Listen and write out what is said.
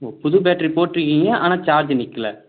ஓ புது பேட்டரி போட்டிருக்கீங்க ஆனால் சார்ஜு நிற்கல